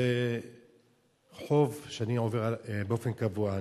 זה רחוב שאני עובר בו באופן קבוע.